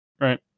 right